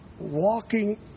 walking